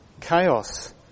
chaos